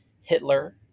Hitler